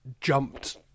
jumped